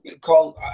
call